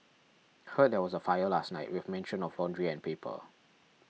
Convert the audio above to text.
heard there was a fire last night with mention of laundry and paper